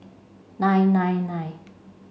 nine nine nine